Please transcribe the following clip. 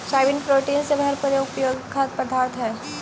soybean protein से भरपूर एक उपयोगी खाद्य पदार्थ हई